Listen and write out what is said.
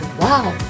wow